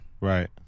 Right